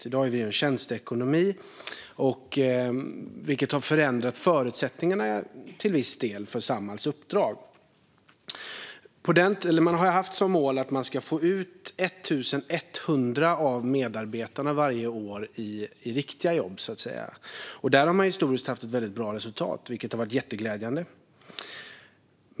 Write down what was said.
I dag befinner vi oss i en tjänsteekonomi, vilket till viss del har förändrat förutsättningarna för Samhalls uppdrag. Man har haft som mål att få ut 1 100 av medarbetarna varje år i riktiga jobb, så att säga. Där har man historiskt haft bra resultat, vilket har varit glädjande.